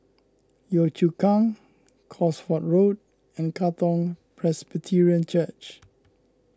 Yio Chu Kang Cosford Road and Katong Presbyterian Church